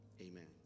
amen